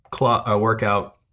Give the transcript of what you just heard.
workout